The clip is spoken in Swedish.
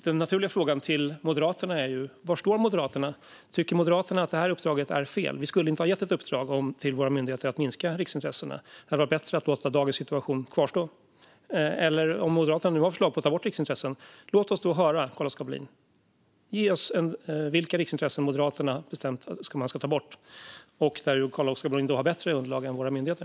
Den naturliga frågan till Moderaterna är ju var Moderaterna står. Tycker Moderaterna att uppdraget är fel och att vi inte skulle ha gett våra myndigheter i uppdrag att minska riksintressena? Hade det varit bättre att låta dagens situation fortgå? Om Moderaterna nu har förslag på riksintressen att ta bort - låt oss höra dem, Carl-Oskar Bohlin! Säg vilka riksintressen som Moderaterna har bestämt att man ska ta bort och där Carl-Oskar Bohlin alltså har bättre underlag än våra myndigheter.